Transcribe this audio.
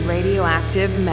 Radioactive